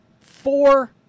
Four